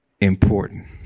important